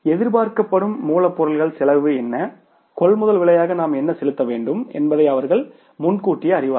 எதிர்பார்க்கப்படும் மூலப்பொருள் செலவு என்ன கொள்முதல் விலையாக நாம் என்ன செலுத்த வேண்டும் என்பதை அவர்கள் முன்கூட்டியே அறிவார்கள்